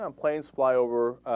um planes flying over ah.